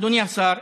אדוני השר,